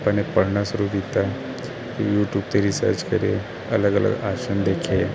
ਆਪਾਂ ਨੇ ਪੜਨਾ ਸ਼ੁਰੂ ਕੀਤਾ ਕੀ ਯੂਟੀਊਬ ਤੇ ਰੀਸਰਚ ਕਰਿਆ ਅਲਗ ਅਲਗ ਆਸਨ ਦੇਖੇ